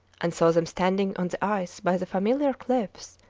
and saw them standing on the ice by the familiar cliffs,